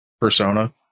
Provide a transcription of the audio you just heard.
persona